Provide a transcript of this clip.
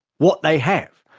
what they have,